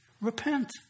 Repent